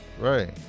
right